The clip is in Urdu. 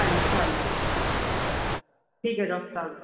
ہاں انشاء اللہ انشا اللہ انشاء اللہ ٹھیک ہے ڈاکٹر صاحب